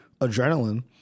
adrenaline